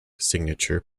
signature